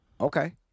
Okay